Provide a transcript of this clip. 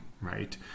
right